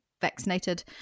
vaccinated